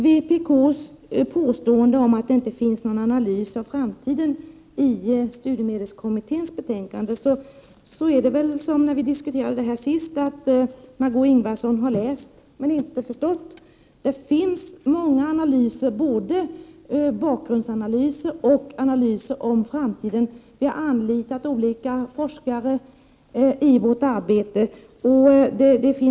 Vpk påstår att det inte finns någon analys av framtiden i studiemedelskommitténs betänkande. Det är väl som när vi diskuterade det här senast: Margö 155 Ingvardsson har läst men inte förstått. Det finns många analyser, både bakgrundsanalyser och analyser om framtiden. Vi har anlitat olika forskare i vårt arbete.